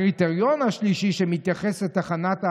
הקריטריון השלישי, שמתייחס לתחנת העלייה,